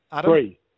Three